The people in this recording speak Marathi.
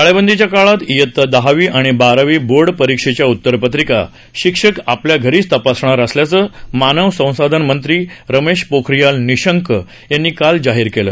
टाळेबंदीच्या काळात इयता दहावी आणि बारावी बोर्ड परीक्षेच्या उत्तरपत्रिका शिक्षक आपल्या घरीच तपासणार असल्याचं मानव संसाधन मंत्री रमेश पोखरियाल निशंक यांनी काल जाहीर केलं